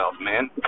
man